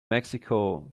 mexico